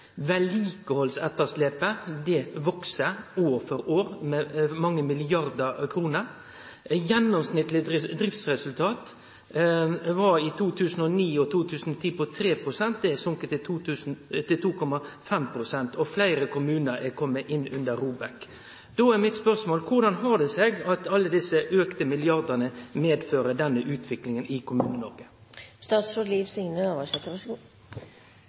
år for år med mange milliardar kroner. Gjennomsnittleg driftsresultat var i 2009 og 2010 på 3 pst. Det har falle til 2,5 pst. Fleire kommunar er komne inn i ROBEK. Då er spørsmålet mitt: Korleis har det seg at alle desse milliardane fører til denne utviklinga i